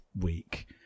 week